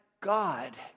God